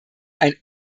ein